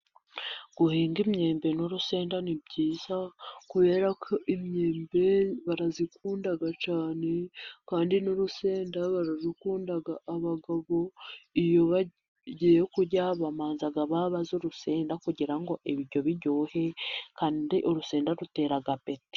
Guhinga imyembe n'urusenda ni byiza, kubera ko imyembe barayikunda cyane kandi n'urusenda bararukunda, abagabo iyo bagiye kurya babanza babaza urusenda, kugira ngo ibiryo biryohe kandi urusenda rutera apeti.